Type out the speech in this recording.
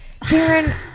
Darren